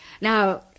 Now